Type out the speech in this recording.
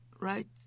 right